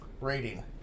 rating